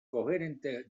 koherente